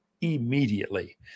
immediately